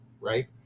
right